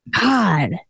God